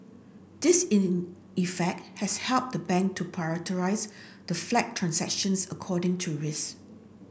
this in effect has helped the bank to prioritise the flagged transactions according to risk